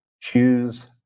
choose